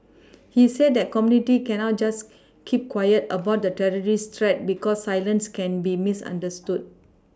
he said that the community cannot just keep quiet about the terrorist threat because silence can be misunderstood